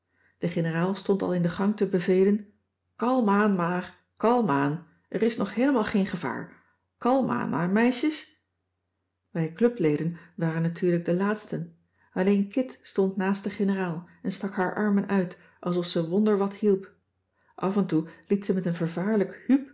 de generaal stond al in de gang te bevelen kalm aan maar kalm aan er is nog heelemaal geen gevaar kalm aan maar meisjes wij clubleden waren natuurlijk de laatsten alleen kit stond naast de generaal en stak haar armen uit alsof ze wonderwat hielp af en toe liet ze met een vervaarlijk